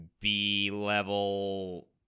B-level